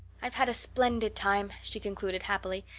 i've had a splendid time, she concluded happily,